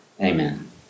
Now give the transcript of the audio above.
amen